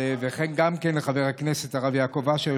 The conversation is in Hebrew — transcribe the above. וכן לחבר הכנסת הרב יעקב אשר,